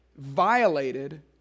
violated